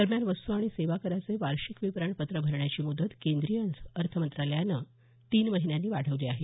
दरम्यान वस्तू आणि सेवा कराचे वार्षिक विवरण पत्रं भरण्याची मुदत केंद्रीय अर्थमंत्रालयानं तीन महिन्यांनी वाढवली आहे